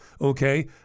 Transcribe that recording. Okay